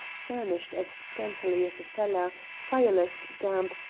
furnished as scantily as a cellar, fireless, damp,